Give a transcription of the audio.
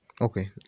Okay